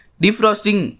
defrosting